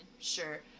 sure